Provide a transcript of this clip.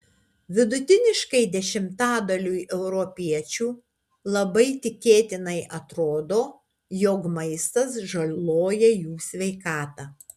vidutiniškai dešimtadaliui europiečių labai tikėtinai atrodo jog maistas žaloja jų sveikatą